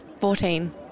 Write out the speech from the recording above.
Fourteen